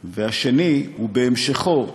השני, בהמשכו,